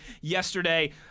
yesterday